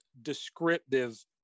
descriptive